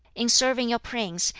in serving your prince,